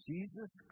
Jesus